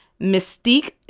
Mystique